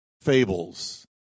fables